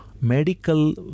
medical